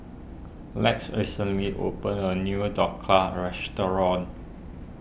Lex recently opened a new Dhokla restaurant